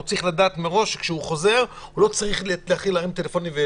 הוא צריך לדעת מראש שכשהוא חוזר הוא לא צריך להתחיל להרים טלפונים.